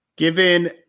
Given